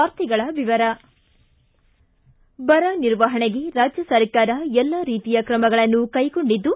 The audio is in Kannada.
ವಾರ್ತೆಗಳ ವಿವರ ಬರ ನಿರ್ವಹಣೆಗೆ ರಾಜ್ಯ ಸರ್ಕಾರ ಎಲ್ಲಾ ರೀತಿಯ ಕ್ರಮಗಳನ್ನು ಕೈಗೊಂಡಿದ್ದು